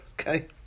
okay